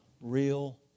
real